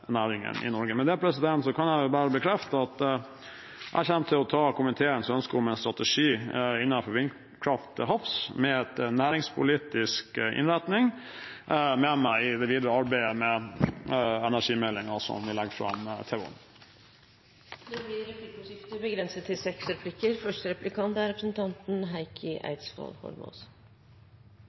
i Norge. Med dette kan jeg bare bekrefte at jeg kommer til å ta komiteens ønske om en strategi innenfor vindkraft til havs med en næringspolitisk innretning med meg i det videre arbeidet med energimeldingen, som vi legger fram til våren. Det blir replikkordskifte. Det er alltid forvirrende å diskutere kraftoverskudd, for vi har et elkraftoverskudd, som representanten